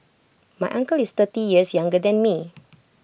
my uncle is thirty years younger than me